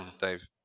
Dave